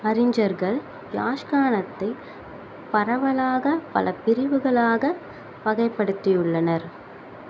அறிஞர்கள் யாக்ஷானத்தை பரவலாக பல பிரிவுகளாக வகைப்படுத்தியுள்ளனர்